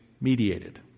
Mediated